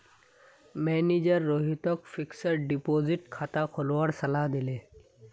manager रोहितक fixed deposit खाता खोलवार सलाह दिले